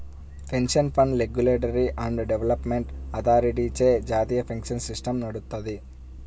pension fund regulatory and development అథారిటీచే జాతీయ pension system నడుత్తది